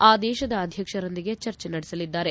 ಆ ದೇಶದ ಅಧ್ಯಕ್ಷರೊಂದಿಗೆ ಚರ್ಚೆ ನಡೆಸಲಿದ್ದಾರೆ